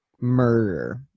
murder